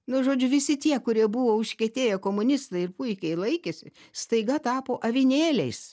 nu žodžiu visi tie kurie buvo užkietėję komunistai ir puikiai laikėsi staiga tapo avinėliais